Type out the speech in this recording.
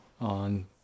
on